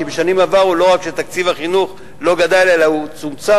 כי בשנים עברו לא רק שתקציב החינוך לא גדל אלא הוא צומצם,